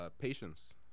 Patience